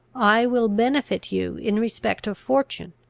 i will benefit you in respect of fortune,